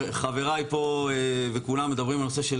חבריי פה וכולם מדברים על הנושא של